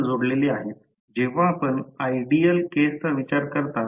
सर्व गोष्टी कठीण नसतात परंतु पहिल्या वर्षाच्या पातळीवर फक्त मूळ उद्देश असतो